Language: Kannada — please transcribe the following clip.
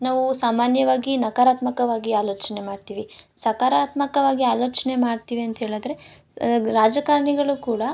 ನಾವು ಸಾಮಾನ್ಯವಾಗಿ ನಕಾರಾತ್ಮಕವಾಗಿ ಆಲೋಚನೆ ಮಾಡ್ತೀವಿ ಸಕಾರಾತ್ಮಕವಾಗಿ ಆಲೋಚನೆ ಮಾಡ್ತೀವಿ ಅಂತೇಳಿದ್ರೆ ಸ್ ಗ್ ರಾಜಕಾರಣಿಗಳು ಕೂಡ